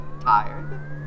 tired